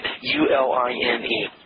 U-L-I-N-E